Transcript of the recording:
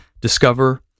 discover